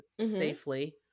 safely